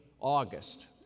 August